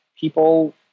people